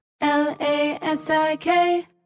L-A-S-I-K